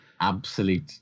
absolute